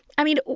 i mean,